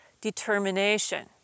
determination